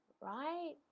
right